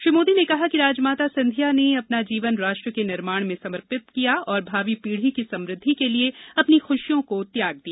श्री मोदी ने कहा कि राजमाता सिंधिया ने अपना जीवन राष्ट्र के निर्माण में समर्पित किया और भावी पीढी की समृद्धि के लिए अपनी खुशियों को त्याग दिया